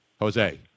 Jose